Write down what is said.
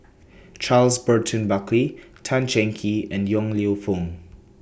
Charles Burton Buckley Tan Cheng Kee and Yong Lew Foong